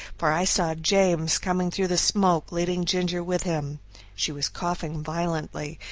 for i saw james coming through the smoke leading ginger with him she was coughing violently,